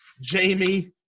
Jamie